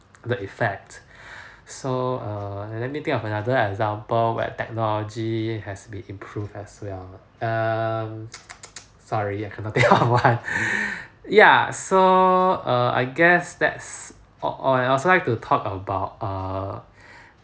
the effect so err let me think of another example where technology has been improve as well um sorry I could not think of one ya so err I guess that's or or and also like to talk about err